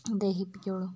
ദഹിപ്പിക്കുള്ളൂ